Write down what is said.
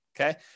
okay